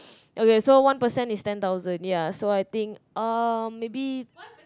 okay so one percent is ten thousand ya so I think um maybe